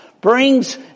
brings